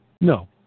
No